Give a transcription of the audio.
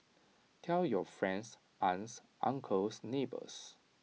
tell your friends aunts uncles neighbours